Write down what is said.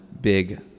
big